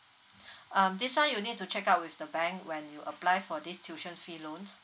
um this [one] you need to check out with the bank when you apply for this tuition fee loans